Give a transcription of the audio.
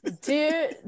dear